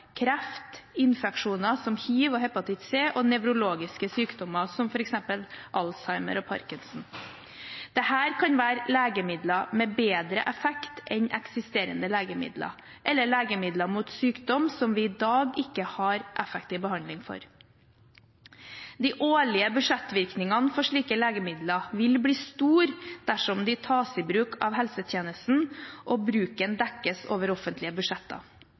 kreft, infeksjoner som hiv og hepatitt C, og nevrologiske sykdommer som f.eks. Alzheimers sykdom og Parkinsons sykdom. Dette kan være legemidler med bedre effekt enn eksisterende legemidler, eller legemidler mot sykdom som vi i dag ikke har effektiv behandling mot. De årlige budsjettvirkningene for slike legemidler vil bli store dersom de tas i bruk av helsetjenesten og bruken dekkes over offentlige budsjetter.